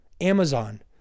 Amazon